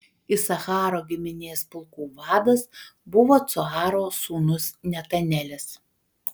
isacharo giminės pulkų vadas buvo cuaro sūnus netanelis